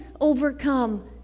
overcome